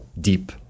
deep